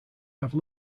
have